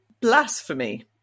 blasphemy